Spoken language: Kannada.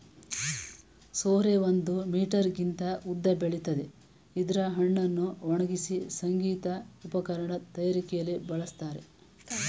ಸೋರೆ ಒಂದು ಮೀಟರ್ಗಿಂತ ಉದ್ದ ಬೆಳಿತದೆ ಇದ್ರ ಹಣ್ಣನ್ನು ಒಣಗ್ಸಿ ಸಂಗೀತ ಉಪಕರಣದ್ ತಯಾರಿಯಲ್ಲಿ ಬಳಸ್ತಾರೆ